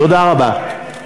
תודה רבה.